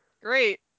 Great